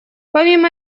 помимо